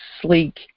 sleek